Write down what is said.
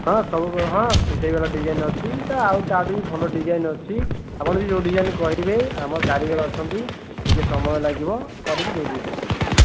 ହଁ ସବୁ ହଁ ସେଭଳିଆ ଡିଜାଇନ୍ ଅଛି ଆଉ ତା'ଠୁ ବି ଭଲ ଡିଜାଇନ୍ ଅଛି ଆପଣ ଯଦି ଯୋଉ ଡିଜାଇନ୍ କହିବେ ଆମର କାରିଗର ଅଛନ୍ତି ଟିକେ ସମୟ ଲାଗିବ କରିକି ଦେଇଦେଇ ପାରିବେ